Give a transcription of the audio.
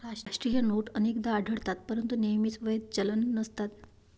राष्ट्रीय नोट अनेकदा आढळतात परंतु नेहमीच वैध चलन नसतात